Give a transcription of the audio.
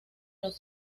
los